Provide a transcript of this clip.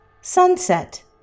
Sunset